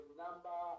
number